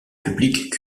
public